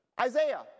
Isaiah